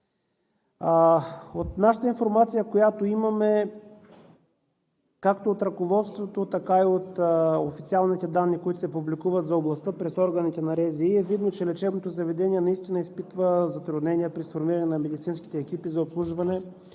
От нашата информация, която имаме както от ръководството, така и от официалните данни, които се публикуват за областта през органите на РЗИ, е видно, че лечебното заведение наистина изпитва затруднения при сформиране на медицинските екипи за обслужване